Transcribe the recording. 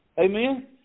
Amen